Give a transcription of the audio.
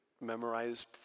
memorize